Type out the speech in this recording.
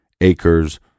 acres